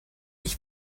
ich